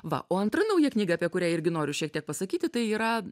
va o antra nauja knyga apie kurią irgi noriu šiek tiek pasakyti tai yra